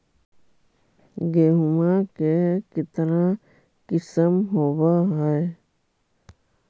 गेहूमा के कितना किसम होबै है?